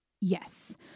Yes